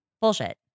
Bullshit